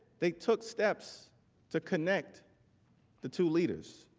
they took steps to connect the two leaders.